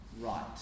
right